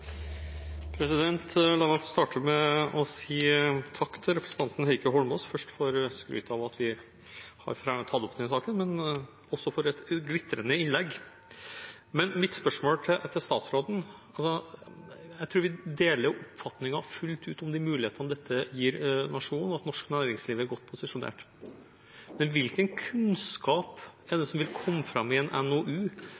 først for skrytet av at vi har tatt opp denne saken, men også for et glitrende innlegg. Men til mitt spørsmål til statsråden: Jeg tror vi fullt ut deler oppfatningen om de mulighetene dette gir nasjonen, og at norsk næringsliv er godt posisjonert. Men hvilken kunnskap er det som vil komme fram i en NOU, som ville hindret de